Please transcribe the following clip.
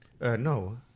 no